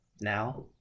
now